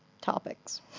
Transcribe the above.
topics